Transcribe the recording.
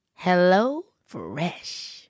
HelloFresh